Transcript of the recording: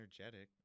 energetic